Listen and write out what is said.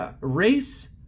race